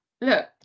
look